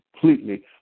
completely